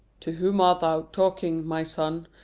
to whom art thou talking, my son?